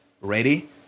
Ready